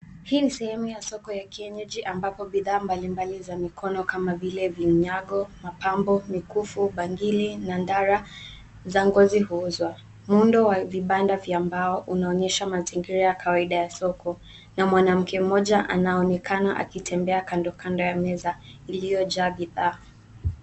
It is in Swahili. Hii ni sehemu ya soko ya kienyeji ambapo bidhaa mbalimbali za mikono kama vile vinyago, mapambo, mikufu, bangili na ndara za ngozi huuzwa. Muundo wa vibanda vya mbao unaonyesha mazingira ya kawaida ya soko na mwanamke mmoja anaonekana akitembea kando, kando ya meza iliyojaa bidhaa.